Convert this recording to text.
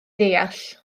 ddeall